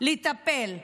כדי לטפל.